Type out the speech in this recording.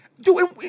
dude